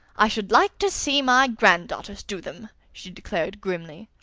i should like to see my granddaughters do them! she declared grimly.